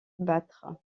battre